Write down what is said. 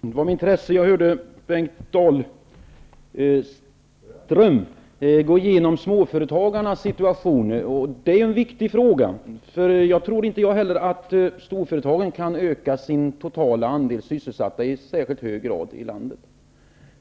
Fru talman! Det var med intresse jag hörde Bengt Dalström gå igenom småföretagarnas situation. Det är ju en viktig fråga. Inte heller jag tror att storföretagen i särskilt hög grad kan öka den totala andelen sysselsatta i landet.